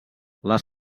les